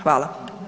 Hvala.